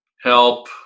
help